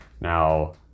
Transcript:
Now